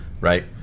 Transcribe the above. right